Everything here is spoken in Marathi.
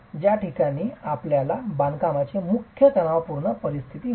त्या ठिकाणी आपल्याला बांधकामामध्ये मुख्य तणावपूर्ण परिस्थिती येते